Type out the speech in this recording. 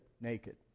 naked